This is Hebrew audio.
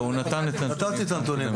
הוא נתן את הנתונים.